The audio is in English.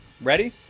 Ready